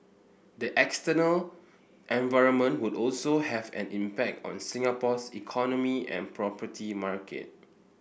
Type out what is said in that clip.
the external environment would also have an impact on Singapore's economy and property market